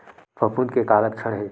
फफूंद के का लक्षण हे?